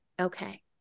okay